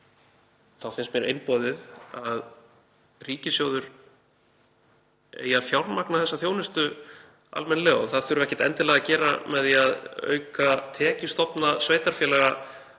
þá finnst mér einboðið að ríkissjóður eigi að fjármagna þessa þjónustu almennilega og það þurfi ekkert endilega að gera það með því að auka tekjustofna sveitarfélaga